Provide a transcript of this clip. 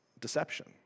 deception